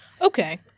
Okay